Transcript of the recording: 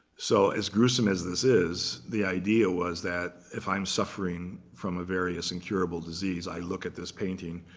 so as gruesome as this is, the idea was that, if i'm suffering from a various incurable disease, i look at this painting,